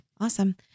Awesome